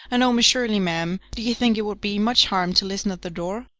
and oh, miss shirley, ma'am, do you think it would be much harm to listen at the door?